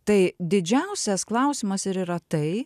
tai didžiausias klausimas ir yra tai